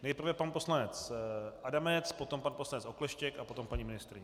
Nejprve pan poslanec Adamec, potom pan poslanec Okleštěk a potom paní ministryně.